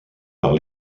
par